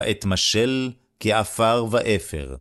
את משל כעפר ואפר.